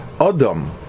Adam